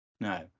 no